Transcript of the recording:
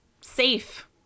safe